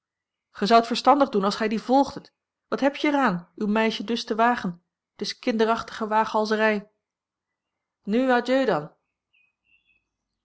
verstandig doen als gij die volgdet wat heb je er aan uw meisje dus te wagen t is kinderachtige waaghalzerij nu adieu dan